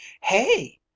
Hey